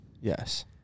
Yes